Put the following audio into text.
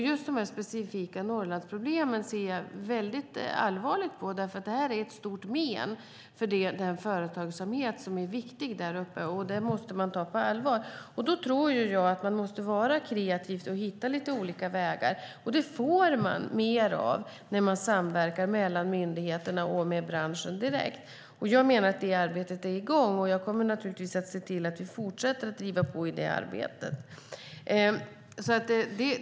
Just de specifika Norrlandsproblemen ser jag väldigt allvarligt på, därför att det här är till stort men för den företagsamhet som är viktig däruppe, och det måste man ta på allvar. Då tror jag att man måste vara kreativ och hitta lite olika vägar, och det får man mer av när man samverkar mellan myndigheterna och branschen direkt. Det arbetet är i gång, och jag kommer naturligtvis att se till att vi fortsätter att driva på i det arbetet.